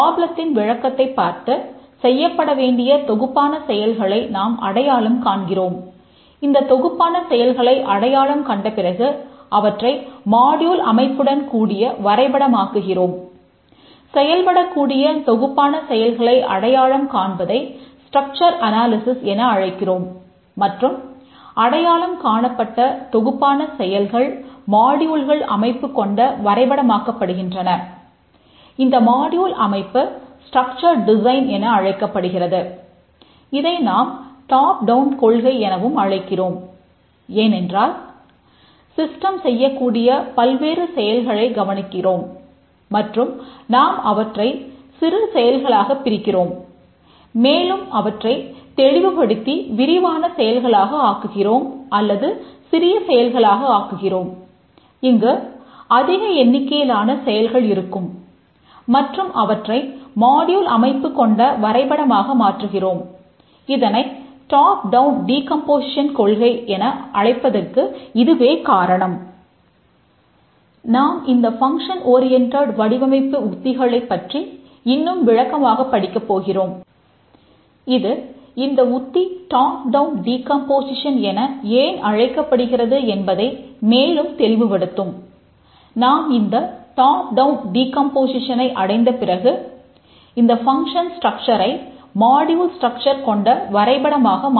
முதலில் நாம் function oriented கொண்ட வரைபடமாக மாற்றுகிறோம்